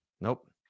Nope